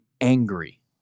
angry